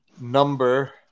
number